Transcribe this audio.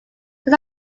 this